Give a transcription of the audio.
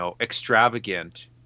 extravagant